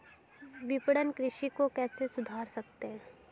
विपणन कृषि को कैसे सुधार सकते हैं?